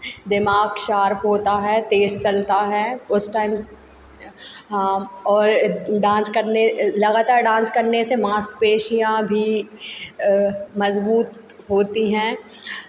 दिमाग शार्प होता है तेज़ चलता है उस टाइम हाँ और डांस करने लगातार डांस करने से माँसपेशियाँ भी मज़बूत होती हैं